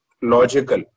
logical